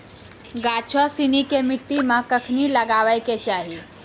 गाछो सिनी के मट्टी मे कखनी लगाबै के चाहि?